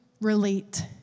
relate